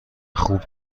خوب